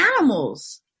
animals